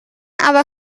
aber